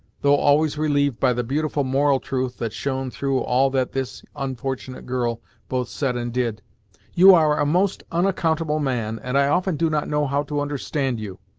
though always relieved by the beautiful moral truth that shone through all that this unfortunate girl both said and did you are a most unaccountable man, and i often do not know how to understand you.